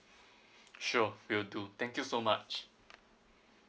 sure will do thank you so much